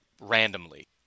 randomly